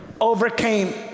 overcame